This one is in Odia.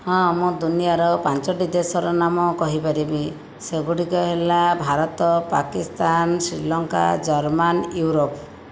ହଁ ଆମ ଦୁନିଆର ପାଞ୍ଚଟି ଦେଶର ନାମ କହିପାରିବି ସେଗୁଡ଼ିକ ହେଲା ଭାରତ ପାକିସ୍ତାନ ଶ୍ରୀଲଙ୍କା ଜର୍ମାନ ୟୁରୋପ